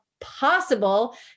possible